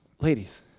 ladies